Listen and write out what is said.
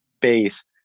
based